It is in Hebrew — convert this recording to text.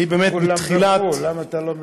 אני באמת, בתחילת, כולם בירכו, למה אתה לא מברך?